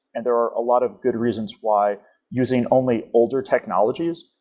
and there are a lot of good reasons why using only older technologies,